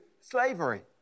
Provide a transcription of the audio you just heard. slavery